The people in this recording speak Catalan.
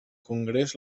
congrés